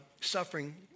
suffering